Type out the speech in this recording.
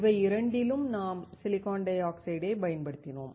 இவை இரண்டிலும் நாம் சிலிக்கான் டை ஆக்சைடைப் பயன்படுத்தினோம்